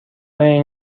این